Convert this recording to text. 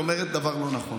את אומרת דבר לא נכון.